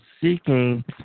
seeking